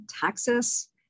Texas